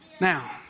Now